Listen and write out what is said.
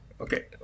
okay